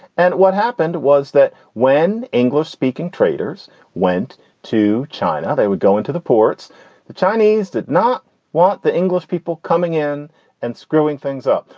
and what happened was that when english speaking traders went to china, they would go into the ports the chinese did not want the english people coming in and screwing things up.